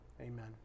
Amen